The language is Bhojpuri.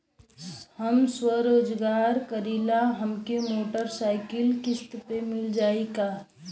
हम स्वरोजगार करीला हमके मोटर साईकिल किस्त पर मिल जाई का?